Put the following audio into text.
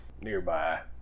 Nearby